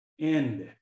end